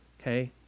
okay